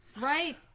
Right